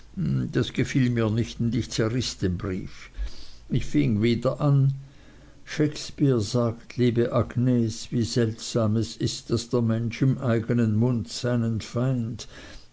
das gefiel mir nicht und ich zerriß den brief ich fing wieder an shakespeare sagt liebe agnes wie seltsam es ist daß der mensch im eignen mund seinen feind